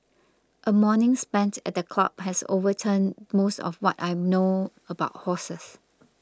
a morning spent at the club has overturned most of what I know about horses